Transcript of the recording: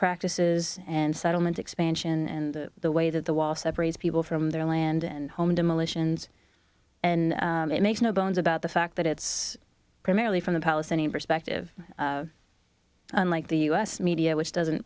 practices and settlement expansion and the way that the wall separates people from their land and home demolitions and it makes no bones about the fact that it's primarily from the palestinian perspective unlike the u s media which doesn't